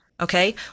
okay